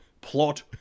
plot